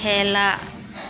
খেলা